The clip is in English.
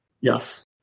Yes